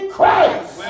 Christ